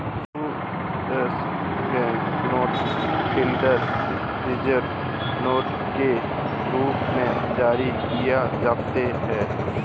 US bank note federal reserve notes के रूप में जारी किए जाते हैं